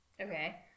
okay